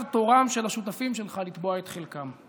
ועכשיו תורם של השותפים שלך לתבוע את חלקם.